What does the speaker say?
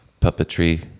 puppetry